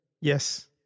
Yes